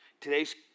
today's